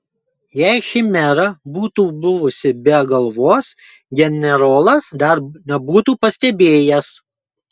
jei chimera būtų buvusi be galvos generolas dar nebūtų pastebėjęs